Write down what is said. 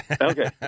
Okay